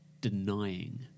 denying